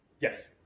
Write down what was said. Yes